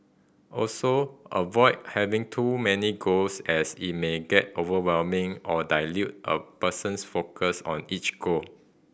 also avoid having too many goals as it may get overwhelming or dilute a person's focus on each goal